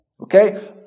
Okay